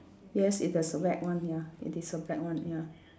yes it is a black one ya it is a black one ya